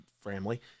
family